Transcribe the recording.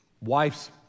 Wife's